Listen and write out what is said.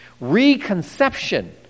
reconception